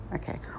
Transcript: Okay